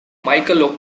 michael